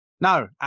No